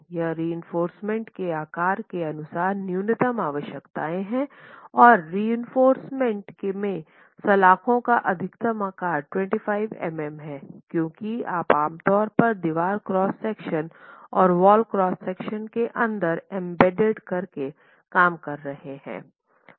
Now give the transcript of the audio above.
यह रिइंफोर्समेन्ट के आकार के अनुसार न्यूनतम आवश्यकताएं है और रिइंफोर्समेन्ट में सलाख़ों का अधिकतम आकार 25 मिमी है क्योंकि आप आमतौर पर दीवार क्रॉस सेक्शन और वॉल क्रॉस सेक्शन के अंदर एम्बेड करके काम कर रहे हैं